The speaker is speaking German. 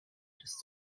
des